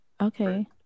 okay